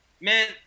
Man